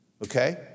Okay